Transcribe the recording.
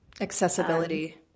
accessibility